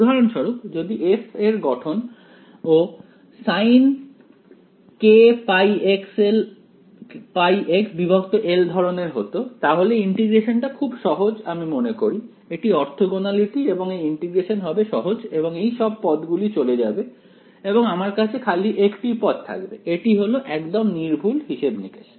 উদাহরণ স্বরূপ যদি F এর গঠন ও sinkπxl ধরনের হত তাহলে ইন্টিগ্রেশনটা খুব সহজ আমি মনে করি এটি অর্থগণালিটি এবং এই ইন্টিগ্রেশন হবে সহজ এবং এই সব পদগুলি চলে যাবে এবং আমার কাছে খালি একটি পদ থাকবে এটি হবে একদম নির্ভুল হিসেব নিকেশ